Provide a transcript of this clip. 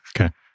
Okay